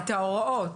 את ההוראות?